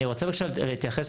אני רוצה בבקשה להתייחס.